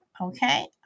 Okay